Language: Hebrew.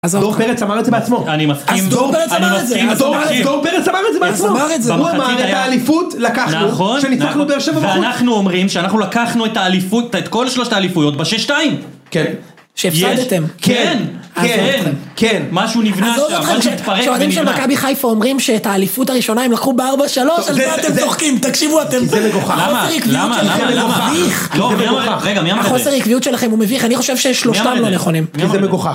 אז דרור פרץ אמר את זה בעצמו, אז דרור פרץ אמר את זה. אני מסכים. דרור פרץ אמר את זה בעצמו. אז אמר את זה. הוא אמר את האליפות לקחנו, כשניצחנו את באר שבע בחוץ. ואנחנו אומרים שאנחנו לקחנו את האליפות, את כל שלושת האליפויות ב6-2. כן. כשהפסדתם. כן. משהו נבנה שם. משהו התפרק ונבנה. האוהדים של מכבי חיפה אומרים שאת האליפות הראשונה הם לקחו ב4-3. מה אתם צוחקים. תקשיבו אתם. זה מגוחך. למה? תקשיבו את זה מגוחך. למה? החוסר העקביות שלכם הוא מביך, אני חושב ששלושתם לא נכונים. כי זה מגוחך